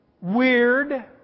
weird